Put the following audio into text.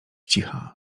cicha